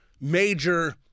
major